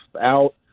out